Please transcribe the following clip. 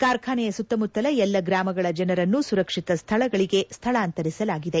ಕಾರ್ಖಾನೆಯ ಸುತ್ತಮುತ್ತಲ ಎಲ್ಲಾ ಗ್ರಾಮಗಳ ಜನರನ್ನು ಸುರಕ್ಷಿತ ಸ್ಥಳಗಳಿಗೆ ಸ್ಥಳಾಂತರಿಸಲಾಗಿದೆ